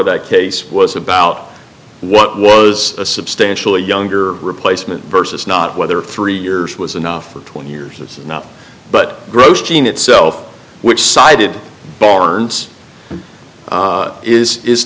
of that case was about what was a substantially younger replacement versus not whether three years was enough for twenty years of nothing but gross gene itself which sided barnes is is